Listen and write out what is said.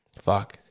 fuck